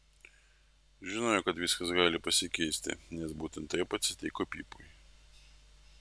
žinojau kad viskas gali pasikeisti nes būtent taip atsitiko pipui